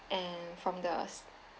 and from the